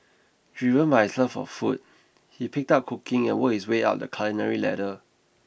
driven by his love for food he picked up cooking and worked his way up the culinary ladder